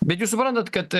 bet jūs suprantat kad